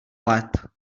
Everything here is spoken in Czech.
let